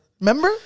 remember